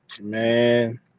man